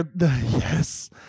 Yes